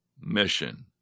mission